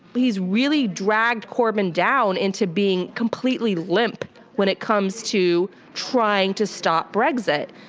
but he's really dragged corbyn down into being completely limp when it comes to trying to stop brexit.